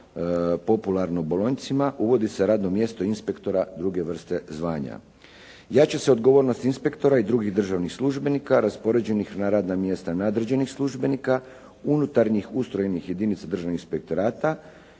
popularno Bolonjcima uvodi se radno mjesto inspektora druge vrste zvanja. Jača se odgovornost inspektora i drugih državnih službenika raspoređenih na radna mjesta nadređenih službenika unutarnjih ustrojenih jedinica Državnog inspektorata